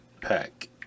pack